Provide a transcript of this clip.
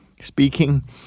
speaking